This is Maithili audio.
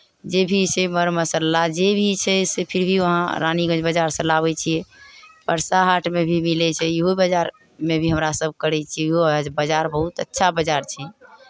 जे भी छै मर मसाला जे भी छै से फिर भी वहाँ रानीगंज बाजारसँ लाबै छियै परसा हाटमे भी मिलै छै इहो बाजारमे भी हमरा सभ करै छियै इहो बाजार बहुत अच्छा बाजार छै